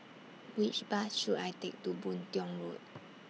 Which Bus should I Take to Boon Tiong Road